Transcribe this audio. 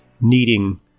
needing